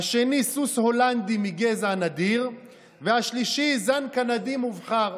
השני סוס הולנדי מגזע נדיר והשלישי זן קנדי מובחר,